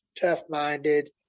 tough-minded